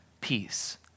peace